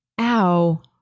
ow